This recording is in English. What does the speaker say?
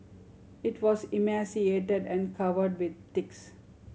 it was emaciated and covered with ticks